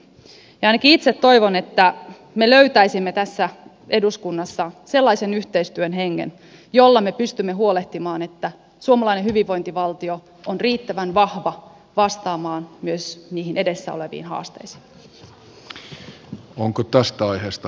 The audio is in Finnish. ainakin itse toivon että me löytäisimme tässä eduskunnassa sellaisen yhteistyön hengen jolla me pystymme huolehtimaan siitä että suomalainen hyvinvointivaltio on riittävän vahva vastaamaan myös niihin edessä oleviin haasteisiin